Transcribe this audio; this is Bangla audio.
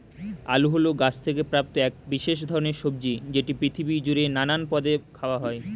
আলু হল গাছ থেকে প্রাপ্ত এক বিশেষ ধরণের সবজি যেটি পৃথিবী জুড়ে নানান পদে খাওয়া হয়